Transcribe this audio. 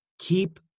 Keep